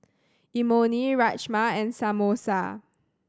Imoni Rajma and Samosa